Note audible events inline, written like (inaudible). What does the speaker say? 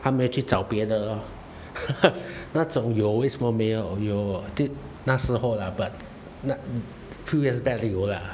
他没有去找别的咯 (laughs) 那种有为什么没有有就那时候啦 but 那 few years back 有啦